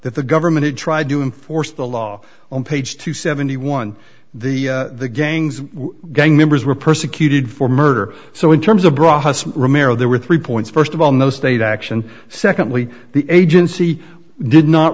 that the government had tried to enforce the law on page two seventy one the gangs gang members were persecuted for murder so in terms of broad ramiro there were three points first of all no state action secondly the agency did not